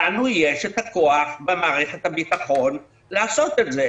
לנו יש את הכוח במערכת הביטחון לעשות את זה.